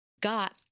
got